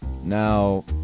Now